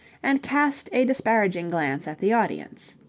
and cast a disparaging glance at the audience.